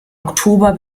oktober